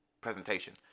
presentation